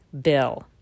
Bill